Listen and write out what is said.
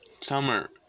Summer